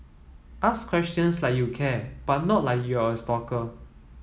ask questions like you care but not like you're a stalker